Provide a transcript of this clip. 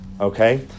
Okay